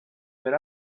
per